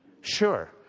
Sure